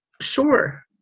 sure